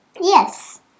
Yes